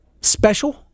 special